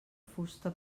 fusta